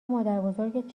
مادربزرگت